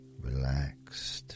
Relaxed